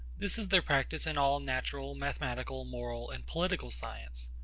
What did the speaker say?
this is their practice in all natural, mathematical, moral, and political science.